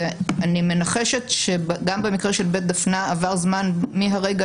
ואני מנחשת שגם במקרה של בית דפנה עבר זמן מהרגע